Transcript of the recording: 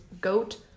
goat